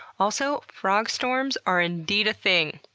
also, frog storms are indeed a thing.